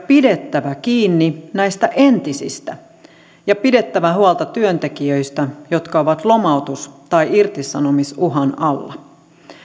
pidettävä kiinni näistä entisistä ja pidettävä huolta työntekijöistä jotka ovat lomautus tai irtisanomisuhan alla